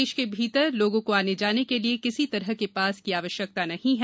प्रदेश के भीतर लोगों को आने जाने के लिए किसी तरह के पास की आवश्यकता नहीं है